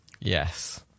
Yes